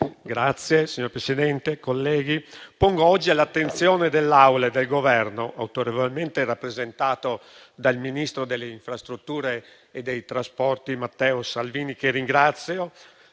Signor Presidente, colleghi, pongo oggi all'attenzione dell'Assemblea e del Governo, autorevolmente rappresentato dal ministro delle infrastrutture e dei trasporti, Matteo Salvini, che ringrazio,